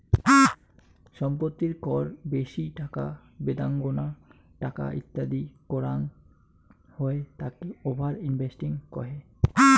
সম্পত্তির কর বেশি টাকা বেদাঙ্গনা টাকা তিনি করাঙ হই তাকে ওভার ইনভেস্টিং কহে